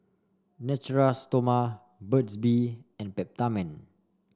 Natura Stoma Burt's Bee and Peptamen